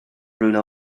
rhywle